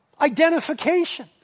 Identification